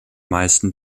meisten